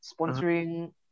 Sponsoring